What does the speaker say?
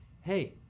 hey